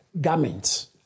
garments